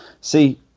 see